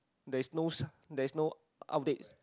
there's no there's no updates